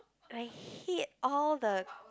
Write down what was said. I hate all the